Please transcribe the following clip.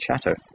chatter